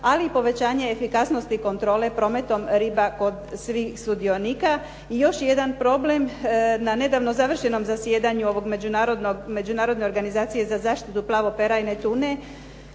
ali i povećanje efikasnosti kontrole prometom riba kod svih sudionika i još jedan problem. Na nedavno završenom zasjedanju ove Međunarodne organizacije za zaštitu plavo perajne tune